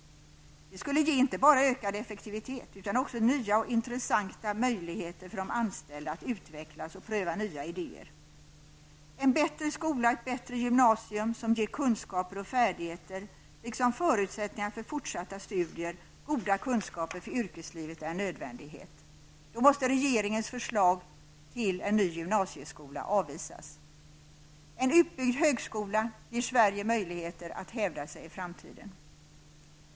Det skulle ge inte bara ökad effektivitet utan också nya och intressanta möjligheter för de anställda att utvecklas och pröva nya idéer. En bättre skola, ett bättre gymnasium, som ger kunskaper och färdigheter liksom förutsättningar för fortsatta studier och goda kunskaper för yrkeslivet, är en nödvändighet. Därför måste regeringens förslag till en ny gymnasieskola avvisas. En utbyggd högskola ger Sverige möjligheter att hävda sig i framtiden.